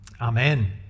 Amen